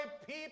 people